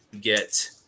get